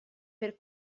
per